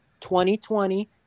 2020